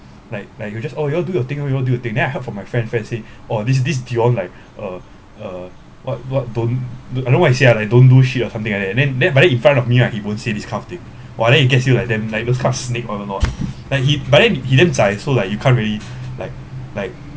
like like you just oh you all do your thing you all do you thing then I heard from my friend friend say oh this this dion like uh uh what what don't I don't know what he say lah like don't do shit or something like that and then then but then in front of me ah he won't say this kind of thing !wah! then you can feel like damn like those kind of snake or not what like he but then he damn zai so like you can't really like like